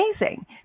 amazing